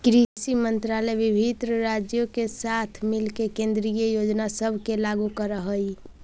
कृषि मंत्रालय विभिन्न राज्यों के साथ मिलके केंद्रीय योजना सब के लागू कर हई